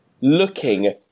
looking